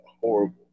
horrible